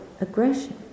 aggression